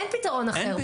אין פיתרון אחר.